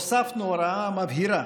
הוספנו הוראה המבהירה